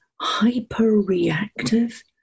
hyper-reactive